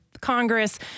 Congress